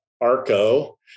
Arco